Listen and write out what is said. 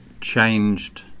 changed